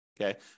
okay